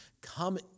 Come